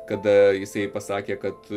kada jisai pasakė kad